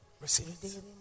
Receive